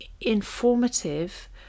informative